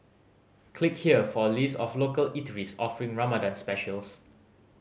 click here for a list of local eateries offering Ramadan specials